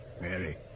Mary